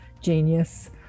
genius